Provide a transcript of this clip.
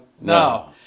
no